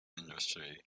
industry